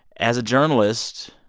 as a journalist,